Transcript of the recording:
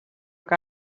que